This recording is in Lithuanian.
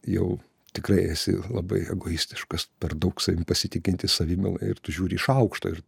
jau tikrai esi labai egoistiškas per daug savim pasitikintis savimyla ir tu žiūri iš aukšto ir